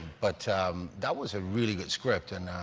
but that was a really good script, and